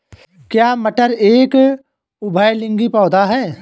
क्या मटर एक उभयलिंगी पौधा है?